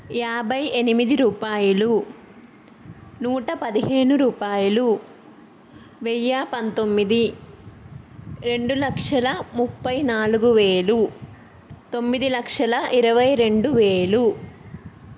యాభై ఎనిమిది రూపాయలు నూట పదిహేను రూపాయలు వెయ్య పంతొమ్మిది రెండు లక్షల ముప్పై నాలుగు వేలు తొమ్మిది లక్షల ఇరవై రెండు వేలు